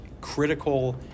critical